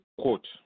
quote